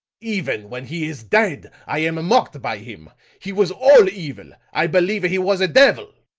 even when he is dead, i am mocked by him. he was all evil! i believe he was a devil!